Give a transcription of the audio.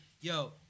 Yo